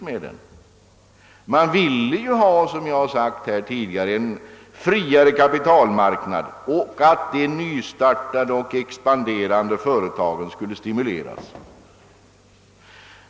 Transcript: Man ville, som jag sagt tidigare, ha en friare kapitalmarknad och stimulera de nystartade och expanderande företagen.